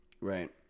Right